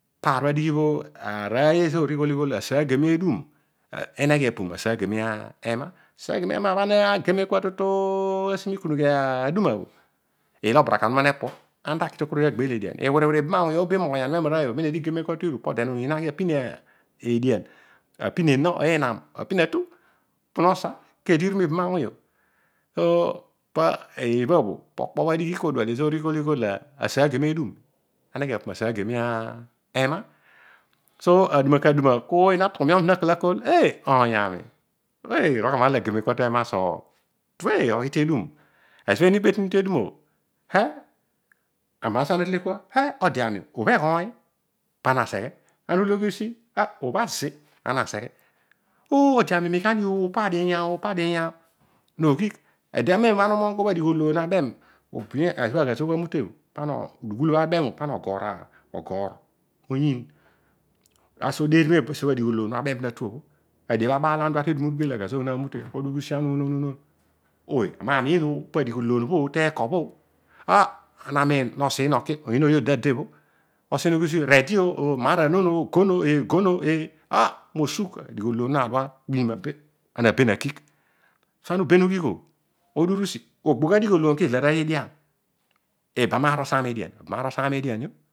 Paar obho adighi bho aroiy ezoor ighol asaigeme edum ameghe apu masaigeme ema. Asaigeme ema bhana ageme tutu esi mi kunughi aduma bho iila obaraka onuma nepur iwin wiri ibama wuyn obho benaan ibho mi oghoyan io memararooy o pobho eedi igeme kua tatu ighulom po abuumiin ne ki epin ena nenam atu pun osa kedi itu mibama wuny o so kaduma ko oiy na tughu miun zina nakol oiy ami nrolgha marol ageme kua tedum o tue oghi tedum ezobho eena ibetunu kua ikeneghu tedum o heh ode ami oobho eghoiy pana seghe ama uuele ughiisi heh obho asi pana seghe odi ami miin ghani opo adinyao ana umoghom kua opo adighololool nabem p pana ogoor ani oderiom esi adighololol nebem na tuobho adio bho abaal o agba zogh naamute ana ughi usi uunon wunon ooy opo adighololool obho teekobho ah ana miin nosiin oki oyiin ooy odi tade bho. readyo nesdy o maar anon a gon p eh ah nosugh adighololool na dua kpini apel ana ben akigh so ana uben ughigh o ogbogh adighololool kizal aroiy idian ibam aar osaam ediam? Ibam aar osaam edianio